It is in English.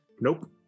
Nope